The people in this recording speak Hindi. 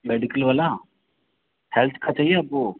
मेडिकल वाला हेल्थ का चाहिए आप को